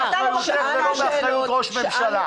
לא באחריותך ולא באחריות ראש ממשלה.